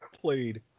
played